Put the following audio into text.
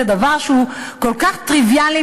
זה דבר שהוא כל כך טריוויאלי,